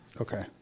Okay